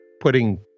putting